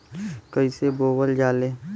कईसे बोवल जाले?